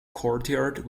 courtyard